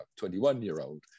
21-year-old